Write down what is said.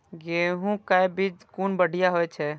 गैहू कै बीज कुन बढ़िया होय छै?